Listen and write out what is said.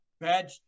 bad